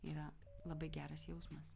yra labai geras jausmas